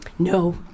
No